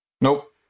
Nope